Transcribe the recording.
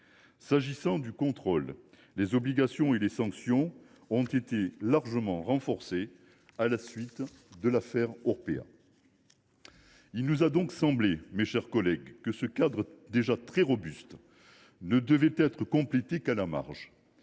qui est du contrôle, les obligations et les sanctions ont été largement renforcées à la suite de l’affaire Orpea. Il nous a donc semblé que ce cadre déjà très robuste ne devait être complété qu’à la marge.